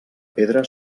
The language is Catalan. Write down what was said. pedra